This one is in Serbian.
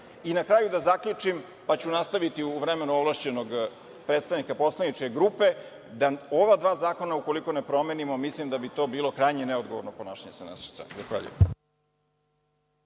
kraju da zaključim, pa ću nastaviti u vremenu ovlašćenog predstavnika poslaničke grupe, da ova dva zakona ukoliko ne promenimo, mislim da bi to bilo krajnje neodgovorno ponašanje sa naše strane. Zahvaljujem.